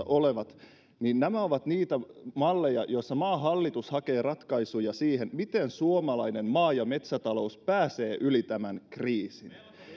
olevat on niitä malleja joilla maan hallitus hakee ratkaisuja siihen miten suomalainen maa ja metsätalous pääsee yli tämän kriisin